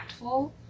impactful